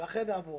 ואחרי זה עבורנו.